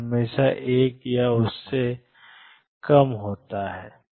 हमेशा 1 से कम या बराबर होता है